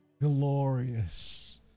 glorious